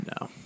No